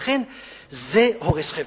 לכן, זה הורס חברה.